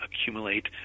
accumulate